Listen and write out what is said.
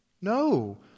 No